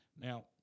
Now